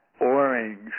orange